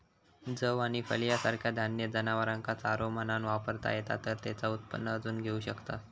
जौ आणि फलिया सारखा धान्य जनावरांका चारो म्हणान वापरता येता तर तेचा उत्पन्न अजून घेऊ शकतास